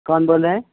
کون بول رہے ہیں